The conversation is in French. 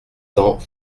cents